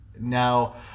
now